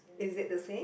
is it the same